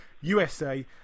USA